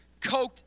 coked